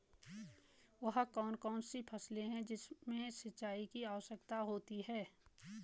वह कौन कौन सी फसलें हैं जिनमें सिंचाई की आवश्यकता नहीं है?